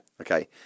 Okay